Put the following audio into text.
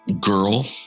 Girl